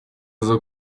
aza